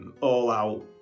all-out